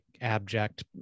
abject